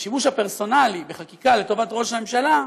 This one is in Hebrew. השימוש הפרסונלי בחקיקה לטובת ראש הממשלה,